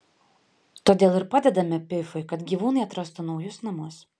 todėl ir padedame pifui kad gyvūnai atrastų naujus namus